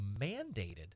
mandated